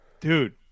Dude